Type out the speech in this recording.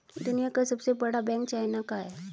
दुनिया का सबसे बड़ा बैंक चाइना का है